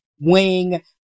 wing